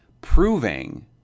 proving